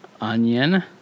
onion